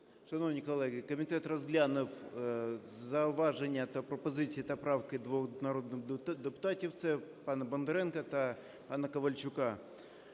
Шановні колеги, комітет розглянув зауваження та пропозиції, та правки двох народних депутатів, це пана Бондаренка та пана Ковальчука.